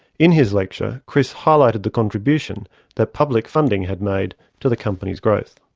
in his lecture chris highlighted the contribution that public funding had made to the company's growth.